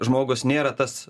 žmogus nėra tas